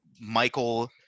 Michael